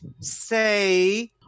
say